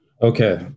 Okay